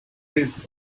his